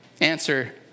Answer